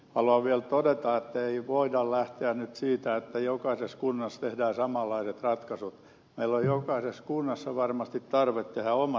haluan vielä todeta että ei voida lähteä nyt siitä että jokaisessa kunnassa tehdään samanlaiset ratkaisut meillä on jokaisessa kunnassa varmasti tarve tehdä omat ratkaisut